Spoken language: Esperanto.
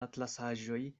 atlasaĵoj